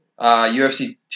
UFC